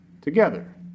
together